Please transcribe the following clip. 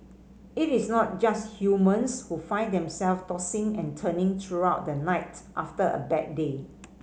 it is not just humans who find themselves tossing and turning throughout the night after a bad day